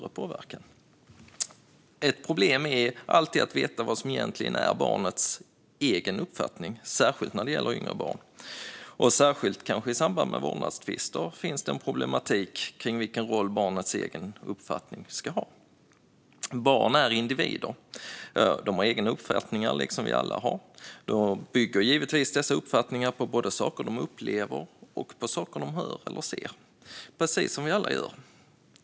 Ett problem är alltid att veta vad som egentligen är barnets egen uppfattning, särskilt när det gäller yngre barn. Och kanske särskilt i samband med vårdnadstvister finns det en problematik kring vilken roll barnets egen uppfattning ska ha. Barn är individer. De har egna uppfattningar, liksom vi alla har. Deras uppfattningar bygger givetvis på både saker som de upplever och saker som de hör eller ser, precis som för oss alla.